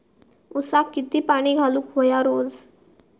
ऊसाक किती पाणी घालूक व्हया रोज?